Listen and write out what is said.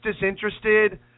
disinterested